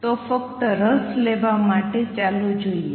તો ફક્ત રસ માટે ચાલો જોઈએ